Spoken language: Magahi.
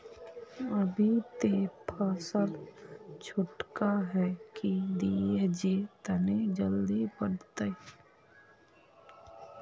अभी ते फसल छोटका है की दिये जे तने जल्दी बढ़ते?